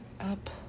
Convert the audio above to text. Up